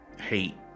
hate